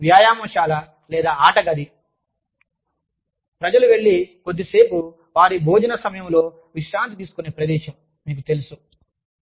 బహుశా వ్యాయామశాల లేదా ఆట గది ప్రజలు వెళ్లి కొద్దిసేపు వారి భోజన సమయంలో విశ్రాంతి తీసుకునే ప్రదేశం మీకు తెలుసు